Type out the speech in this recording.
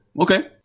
Okay